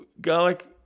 garlic